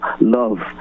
love